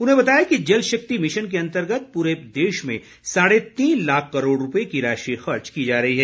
उन्होंने बताया कि जल शक्ति मिशन के अंतर्गत पूरे देश में साढ़े तीन लाख करोड़ रुपए की राशि खर्च की जा रही है